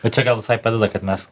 na čia gal visai padeda kad mes